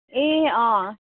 ए अँ